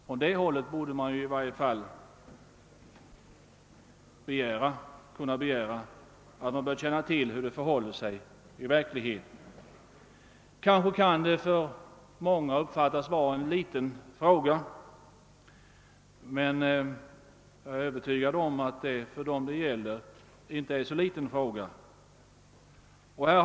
Från det hållet borde man i varje fall kunna begära kunskap om hur det förhåller sig i verkligheten. Kanske kan detta av många uppfattas som en liten fråga, men jag är övertygad om att den för dem det gäller inte är så liten, den är dessutom principiell.